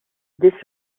this